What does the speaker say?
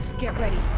get ready!